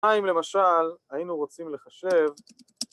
‫מה אם למשל היינו רוצים לחשב...